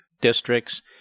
districts